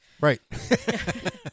Right